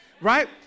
right